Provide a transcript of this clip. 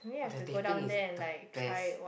!wah! their teh peng is the best